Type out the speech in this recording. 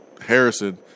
Harrison